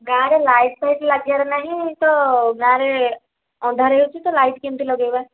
ଗାଁରେ light fight ଲାଗିବାରେ ନାହିଁ ତ ଗାଁରେ ଅନ୍ଧାର ହୋଇଛି ତ ଲାଇଟ୍ କେମିତି ଲଗାଇବା